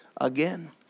again